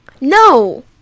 No